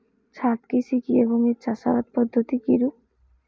ছাদ কৃষি কী এবং এর চাষাবাদ পদ্ধতি কিরূপ?